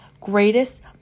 greatest